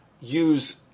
use